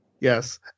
Yes